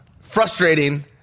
frustrating